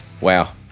Wow